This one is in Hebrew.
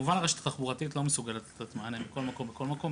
הרשת התחבורתית לא מסוגלת לתת מענה מכל מקום לכל מקום,